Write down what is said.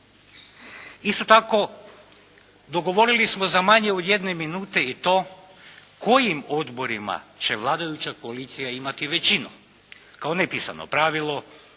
Isto tako dogovorili smo za manje od jedne minute i to kojim odborima će vladajuća koalicija imati većinu kao nepisano pravilo